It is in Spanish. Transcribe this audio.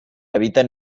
habitan